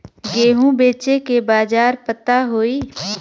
गेहूँ बेचे के बाजार पता होई?